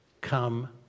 come